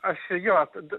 aš jo tada